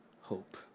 hope